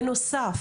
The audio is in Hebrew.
בנוסף,